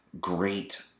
Great